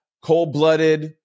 Cold-Blooded